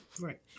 Right